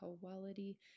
quality